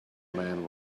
man